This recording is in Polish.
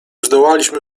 zdołaliśmy